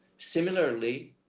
similarly,